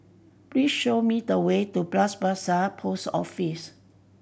please show me the way to Bras Basah Post Office